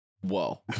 Whoa